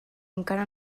encara